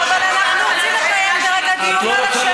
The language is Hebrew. אבל אין ברירה.